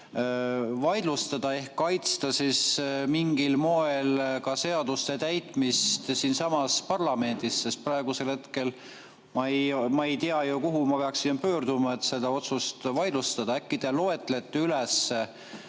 vaidlustada ehk kaitsta mingil moel ka seaduste täitmist siinsamas parlamendis. Praegusel hetkel ma ei tea, kuhu ma peaksin pöörduma, et seda otsust vaidlustada. Äkki te loetlete vanema